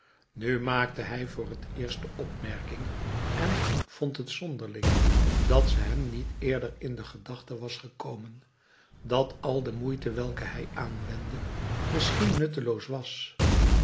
nu maakte hij voor het eerst de opmerking en vond het zonderling dat ze hem niet eerder in de gedachte was gekomen dat al de moeite welke hij aanwendde misschien nutteloos was